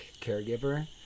caregiver